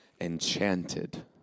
enchanted